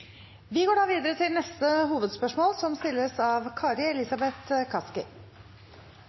Vi går videre til neste hovedspørsmål.